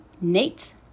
Nate